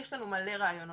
יש לנו מלא רעיונות.